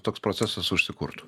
toks procesas užsikurtų